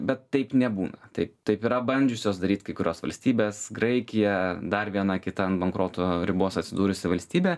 ir bet taip nebūna taip taip yra bandžiusios daryt kai kurios valstybės graikija dar viena kita ant bankroto ribos atsidūrusi valstybė